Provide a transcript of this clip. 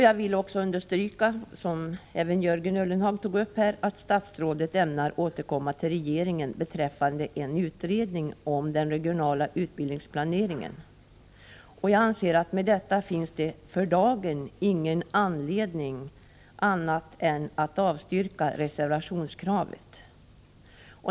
Jag vill också understryka att statsrådet — vilket även Jörgen Ullenhag berörde här — ämnar återkomma till regeringen beträffande en utredning om den regionala utbildningsplaneringen. Jag anser att det 79 därmed för dagen inte finns någon anledning att göra annat än att avstyrka reservationskravet.